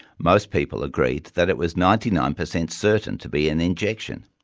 most people agreed that it was ninety nine percent certain to be an injection.